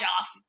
off